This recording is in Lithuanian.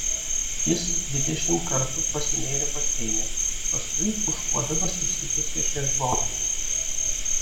jis dvidešimt kartų pasinėrė baseine paskui pūškuodamas išsitiesė šezlonge